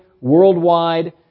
worldwide